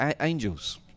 angels